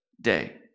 day